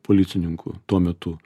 policininkų tuo metu